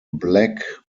black